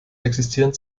existieren